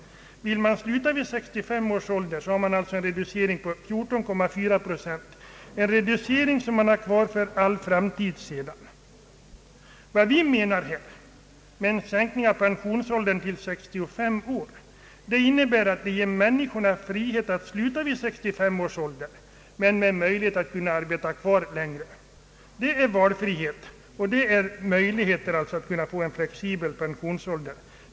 Vill man sluta vid 65 års ålder, blir det alltså en reducering på 14,4 procent — en reducering som sedan finns kvar för all framtid. Vad vi här menar med en sänkning av pensionsåldern till 65 år är att människorna bör ha frihet att sluta vid 65 års ålder men med möjlighet att arbeta längre. Det är alltså fråga om valmöjlighet och om möjligheter att få en flexibel pensionsålder.